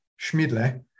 schmidle